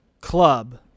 club